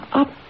up